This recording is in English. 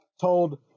told